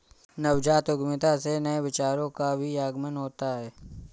नवजात उद्यमिता से नए विचारों का भी आगमन होता है